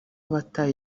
abataha